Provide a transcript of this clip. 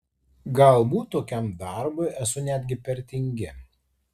galbūt tokiam darbui esu netgi per tingi